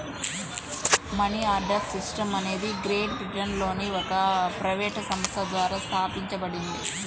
money order system అనేది great బ్రిటన్లోని ఒక ప్రైవేట్ సంస్థ ద్వారా స్థాపించబడింది